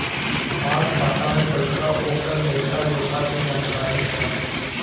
हमार खाता में पैसा ओकर लेखा जोखा के जानकारी चाही?